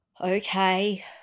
okay